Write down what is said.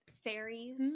fairies